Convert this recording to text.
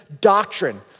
doctrine